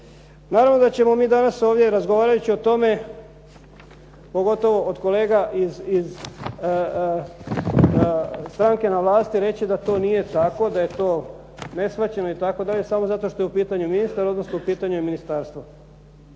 Naravno da ćemo mi danas ovdje razgovarajući o tome pogotovo od kolega iz stranke na vlasti reći da to nije tako, da je to neshvaćeno itd. samo zato što je u pitanju ministar odnosno u pitanju je ministarstvo.